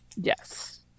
Yes